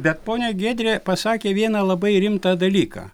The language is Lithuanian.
bet ponia giedrė pasakė vieną labai rimtą dalyką